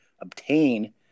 obtain